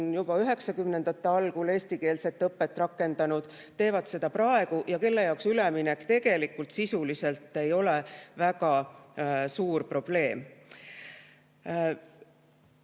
algul eestikeelset õpet rakendanud, teevad seda praegu ja kelle jaoks [lõplik] üleminek tegelikult sisuliselt ei ole väga suur probleem.